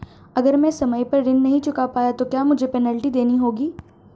अगर मैं समय पर ऋण नहीं चुका पाया तो क्या मुझे पेनल्टी देनी होगी?